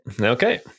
Okay